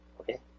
Okay